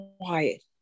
quiet